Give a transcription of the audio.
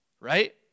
Right